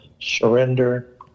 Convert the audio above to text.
surrender